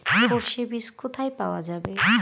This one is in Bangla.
সর্ষে বিজ কোথায় পাওয়া যাবে?